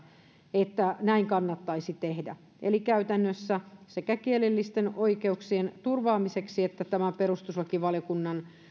että näin kannattaisi tehdä eli käytännössä sekä kielellisten oikeuksien turvaamiseksi että tämän perustuslakivaliokunnan